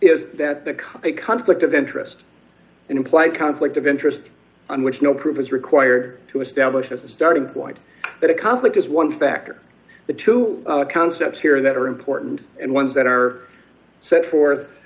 is that the current conflict of interest and implied conflict of interest on which no proof is required to establish as a starting point that a conflict is one factor the two concepts here that are important and ones that are set forth